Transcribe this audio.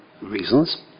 reasons